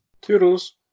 Toodles